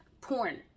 porn